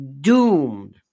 doomed